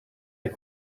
est